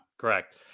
correct